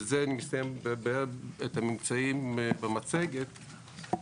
בזה מסתיימים הממצאים במצגת.